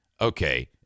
okay